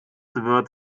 wird